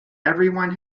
everyone